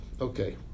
Okay